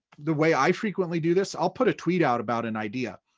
the way i frequently do this, i'll put a tweet out about an idea.